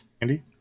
Andy